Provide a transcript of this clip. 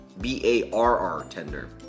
B-A-R-R-Tender